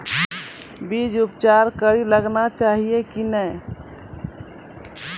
बीज उपचार कड़ी कऽ लगाना चाहिए कि नैय?